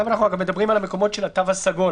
אנחנו מדברים על המקומות של התו הסגול,